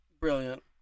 Brilliant